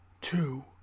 two